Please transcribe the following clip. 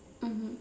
mmhmm